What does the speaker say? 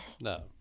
No